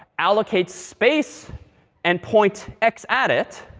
allocate space and point x at it.